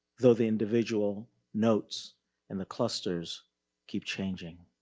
though the individual notes and the clusters keep changing.